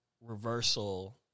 reversal